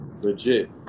legit